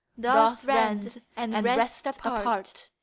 doth rend and wrest apart,